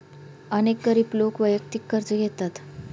अनेक गरीब लोक वैयक्तिक कर्ज घेतात